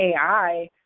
AI